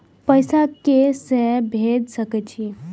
पैसा के से भेज सके छी?